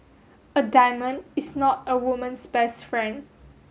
a diamond is not a woman's best friend